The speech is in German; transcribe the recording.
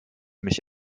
mich